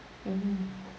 mm